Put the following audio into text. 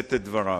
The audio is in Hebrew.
לשאת את דבריו.